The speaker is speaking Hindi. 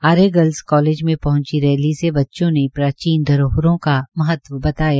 आर्य गर्ल्स कालेज में पहुंची रैली से बच्चों ने प्राचीन धरोहरों का महत्व बताया